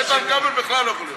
איתן כבל בכלל לא יכול להיות.